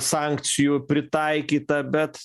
sankcijų pritaikyta bet